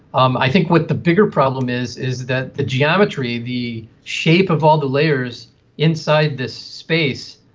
um i think what the bigger problem is is that the geometry, the shape of all the layers inside this space,